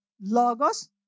logos